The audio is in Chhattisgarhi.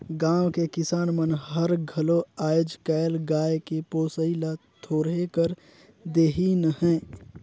गाँव के किसान मन हर घलो आयज कायल गाय के पोसई ल थोरहें कर देहिनहे